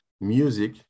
music